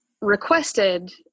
requested